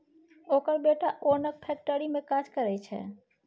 ओकर बेटा ओनक फैक्ट्री मे काज करय छै